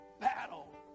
battle